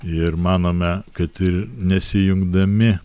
ir manome kad ir nesijungdami